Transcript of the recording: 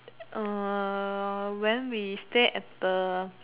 when we stay at the